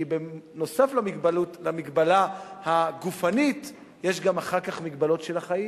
כי בנוסף למגבלה הגופנית יש גם אחר כך מגבלות של החיים,